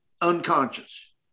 unconscious